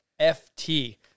FT